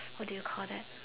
what do you call that